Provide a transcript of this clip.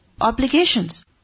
obligations